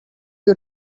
you